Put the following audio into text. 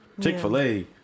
Chick-fil-A